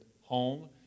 home